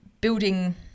building